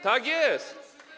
Tak jest.